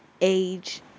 age